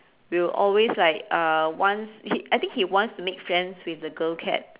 we'll always like uh wants he I think he wants to make friends with the girl cat